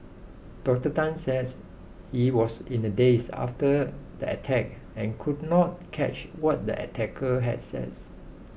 Doctor Tan said he was in a daze after the attack and could not catch what the attacker had said